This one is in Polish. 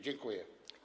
Dziękuję.